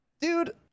dude